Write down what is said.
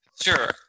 Sure